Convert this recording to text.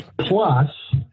plus